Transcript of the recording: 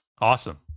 Awesome